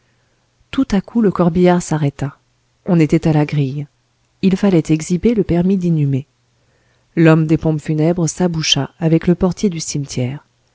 tout à coup le corbillard s'arrêta on était à la grille il fallait exhiber le permis d'inhumer l'homme des pompes funèbres s'aboucha avec le portier du cimetière